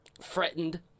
threatened